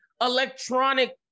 electronic